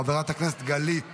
חברת הכנסת גלית